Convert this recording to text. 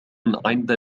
عند